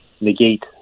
negate